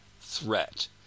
threat